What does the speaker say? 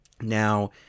Now